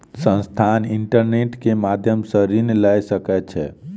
संस्थान, इंटरनेट के माध्यम सॅ ऋण लय सकै छै